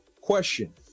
question